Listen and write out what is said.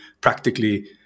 practically